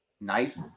knife